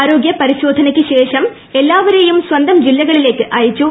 ആരോഗൃപരിശോധന യ്ക്ക് ശേഷം എല്ലാവരെയും സ്വന്തം ജില്ലകളിലേക്ക് അയച്ചു